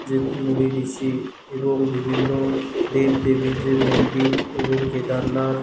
যে মুনি ঋষি এবং বিভিন্ন দেব দেবীর যে মন্দির এবং কেদারনাথ